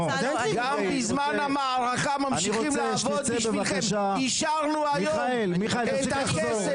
גם בזמן המערכה ממשיכים לעבוד בשבילכם אישרנו היום את הכסף,